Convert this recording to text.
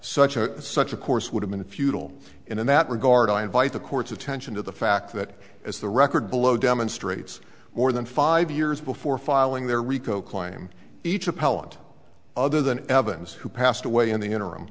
such a such a course would have been futile in that regard i invite the court's attention to the fact that as the record below demonstrates more than five years before filing their rico claim each appellant other than evans who passed away in the interim